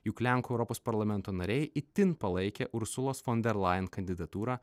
juk lenkų europos parlamento nariai itin palaikė ursulos fonderlain kandidatūrą